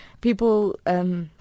people